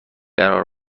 قرار